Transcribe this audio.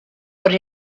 but